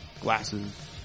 glasses